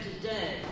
today